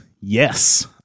Yes